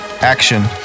Action